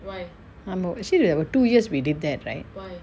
err there were two years we did that right